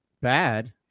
bad